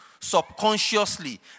subconsciously